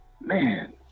man